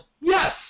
yes